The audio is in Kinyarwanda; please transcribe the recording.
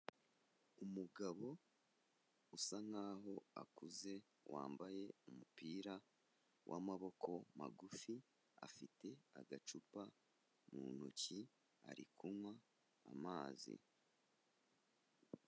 Umugabo usa nk'aho akuze, wambaye umupira w'amaboko magufi, afite agacupa mu ntoki, ari kunywa amazi.